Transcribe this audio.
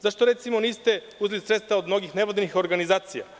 Zašto, recimo, niste uzeli sredstva od mnogih nevladinih organizacija?